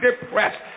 depressed